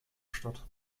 statt